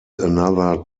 another